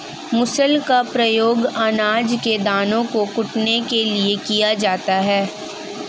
मूसल का प्रयोग अनाज के दानों को कूटने के लिए किया जाता है